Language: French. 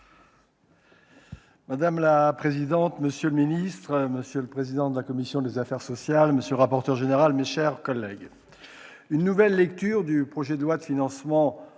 Madame la présidente, monsieur le secrétaire d'État, monsieur le président de la commission des affaires sociales, monsieur le rapporteur général, mes chers collègues, une nouvelle lecture du projet de loi de financement